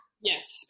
Yes